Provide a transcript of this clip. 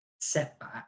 setback